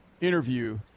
interview